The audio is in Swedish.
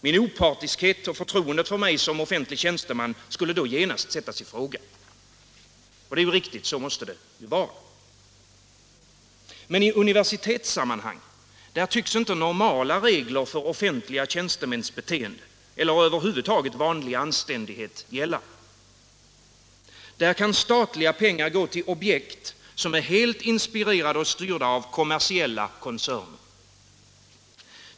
Min opartiskhet och förtroendet för mig som offentlig tjänsteman skulle då genast sättas i fråga. Och det är riktigt. Så måste det vara. Men i universitetssammanhang tycks inte normala regler för offentliga tjänstemäns beteende eller över huvud taget vanlig anständighet gälla. Där kan statliga pengar gå till objekt som är helt inspirerade och styrda av kommersiella koncerner.